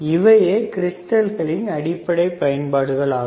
இவையே படிமங்களின் அடிப்படை பயன்பாடுகள் ஆகும்